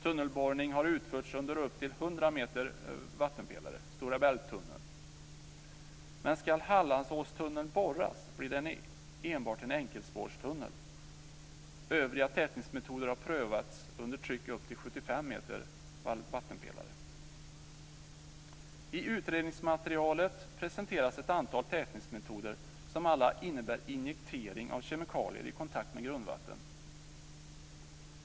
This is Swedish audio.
Tunnelborrning har utförts under upp till 100 meter vattenpelare - Stora Bält-tunneln. Men skall Hallandsåstunneln borras blir det enbart en enkelspårstunnel. Övriga tätningsmetoder har prövats under tryck upp till 75 meter vattenpelare. I utredningsmaterialet presenteras ett antal tätningsmetoder som alla innebär injektering av kemikalier i kontakt med grundvatten.